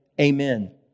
amen